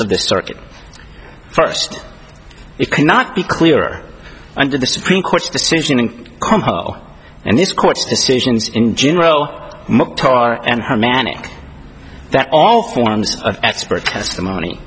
of the circuit first it cannot be clearer under the supreme court's decision and and this court's decisions in general tar and her manage that all forms of expert testimony